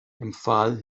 empfahl